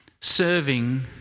serving